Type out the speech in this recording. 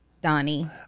Donnie